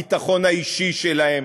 הביטחון האישי שלהם,